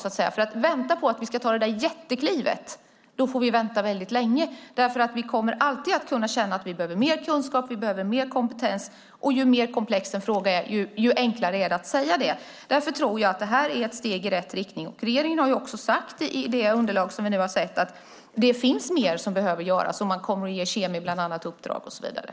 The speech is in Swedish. Om vi ska vänta på att vi ska kunna ta det där jätteklivet får vi vänta väldigt länge. Vi kommer alltid att kunna känna att vi behöver mer kunskap och mer kompetens, ju mer komplex en fråga är, desto enklare är det att säga det. Därför tror jag att det här är ett steg i rätt riktning. I det underlag som vi nu har sett har regeringen också sagt att det finns mer som behöver göras. Man kommer bland annat att ge uppdrag åt KemI.